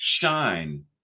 shine